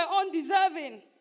undeserving